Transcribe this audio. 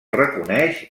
reconeix